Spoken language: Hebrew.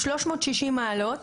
360 מעלות,